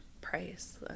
price